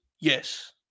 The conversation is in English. Yes